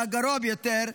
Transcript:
והגרוע ביותר,